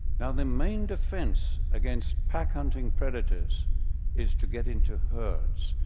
now, the main defense against pack-hunting predators is to get into herds,